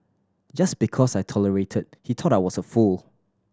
just because I tolerated he thought I was a fool